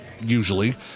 usually